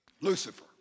Lucifer